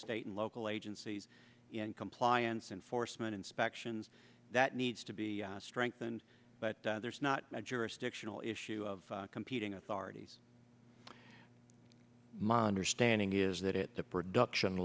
state and local agencies in compliance enforcement inspections that needs to be strengthened but there's not a jurisdictional issue of competing authorities monitor standing is that it the production